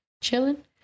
Chilling